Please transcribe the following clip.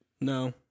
No